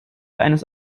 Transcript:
eines